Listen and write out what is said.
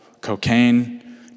cocaine